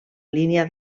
línia